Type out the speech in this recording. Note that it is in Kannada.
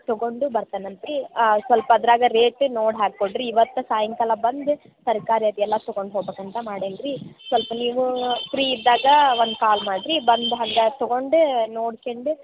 ತೊಗೊಂಡು ಬರ್ತೆನೆ ಅಂತೆ ರೀ ಆ ಸ್ವಲ್ಪ ಅದ್ರಾಗೆ ರೇಟ್ ನೋಡಿ ಹಾಕಿ ಕೊಡ್ರಿ ಇವತ್ತು ಸಾಯಂಕಾಲ ಬಂದು ತರಕಾರಿ ಅದು ಎಲ್ಲ ತಗೊಂಡು ಹೋಗ್ಬಕು ಅಂತ ಮಾಡೆನಿ ರೀ ಸ್ವಲ್ಪ ನೀವು ಫ್ರೀ ಇದ್ದಾಗ ಒಂದು ಕಾಲ್ ಮಾಡ್ರಿ ಬಂದು ಹಂಗೇ ತಗೊಂಡೇ ನೋಡ್ಕೆಂಡು